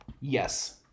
Yes